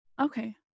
Okay